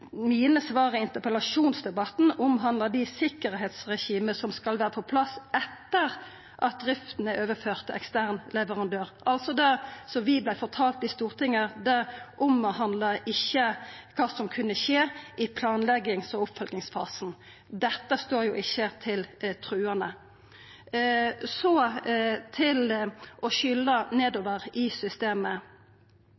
svar i interpellasjonsdebatten omhandlet det sikkerhetsregimet som skal være på plass etter at driften er overført til ekstern leverandør.» Det vi vart fortalde i Stortinget, omhandla altså ikkje kva som kunne skje i planleggings- og oppfølgingsfasen. Dette står jo ikkje til truande. Så til det å